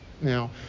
Now